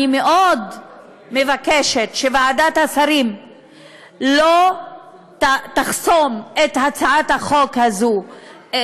ואני מאוד מבקשת שוועדת השרים לא תחסום את הצעת החוק הזאת.